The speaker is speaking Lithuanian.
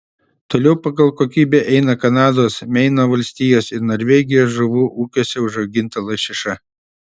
toliau pagal kokybę eina kanados meino valstijos ir norvegijos žuvų ūkiuose užauginta lašiša